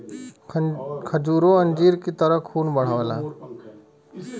खजूरो अंजीर की तरह खून बढ़ावेला